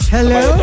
Hello